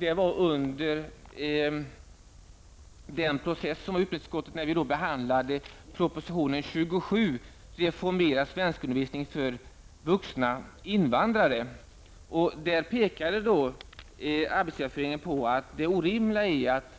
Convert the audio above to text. Då behandlade vi i utskottet proposition 27 om reformerad svenskundervisning för vuxna invandrare. Där påpekade svenska arbetsgivareföreningen på det orimliga att